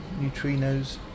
neutrinos